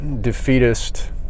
defeatist